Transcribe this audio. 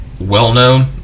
well-known